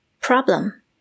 Problem